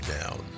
down